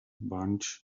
bunch